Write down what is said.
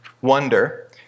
wonder